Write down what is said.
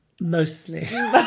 mostly